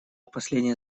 последняя